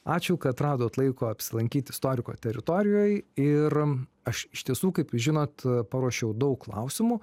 ačiū kad radot laiko apsilankyt istoriko teritorijoj ir aš iš tiesų kaip jūs žinot paruošiau daug klausimų